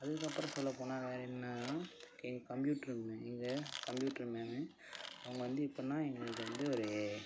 அதுக்கப்புறம் சொல்ல போனால் வேறு என்னென்னா எங்கள் கம்ப்யூட்ரு எங்கள் கம்யூட்ரு மேமு அவங்க வந்து எப்படினா எங்களுக்கு வந்து ஒரு